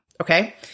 Okay